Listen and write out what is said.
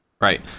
right